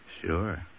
Sure